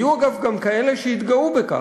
היו, אגב, גם כאלה שהתגאו בכך.